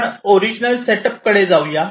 आपण original setup कडे जाऊया